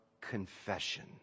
confession